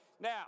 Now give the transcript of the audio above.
Now